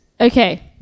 Okay